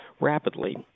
rapidly